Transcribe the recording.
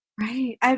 Right